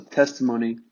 testimony